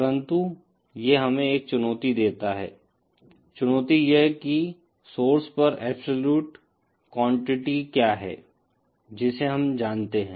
परन्तु ये हमे एक चुनौती देता है चुनौती यह की सोर्स पर एब्सोल्युट क्वांटिटी क्या है जिसे हम जानते हैं